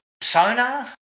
sonar